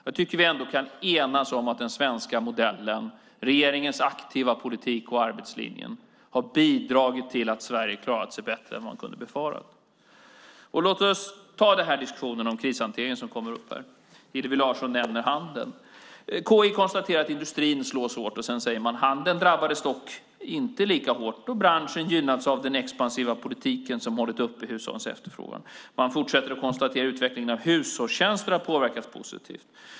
Jag tycker att vi ändå kan enas om att den svenska modellen, regeringens aktiva politik och arbetslinjen har bidragit till att Sverige har klarat sig bättre än man kunde befara. Låt oss ta den diskussion om krishantering som kommer upp här. Hillevi Larsson nämner handeln. KI konstaterar att industrin slås hårt. Sedan säger man att handeln dock inte drabbades lika hårt då branschen har gynnats av den expansiva politik som har hållit uppe hushållens efterfrågan. KI fortsätter att konstatera att utvecklingen av hushållstjänster har påverkats positivt.